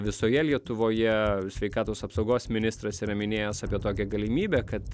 visoje lietuvoje sveikatos apsaugos ministras yra minėjęs apie tokią galimybę kad